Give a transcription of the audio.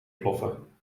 ploffen